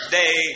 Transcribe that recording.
day